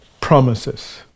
promises